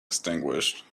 extinguished